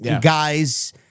guys